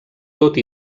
tot